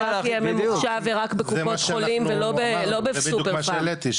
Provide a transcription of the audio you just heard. רק יהיה ממוחשב ורק בקופות חולים ולא בסופר פארם,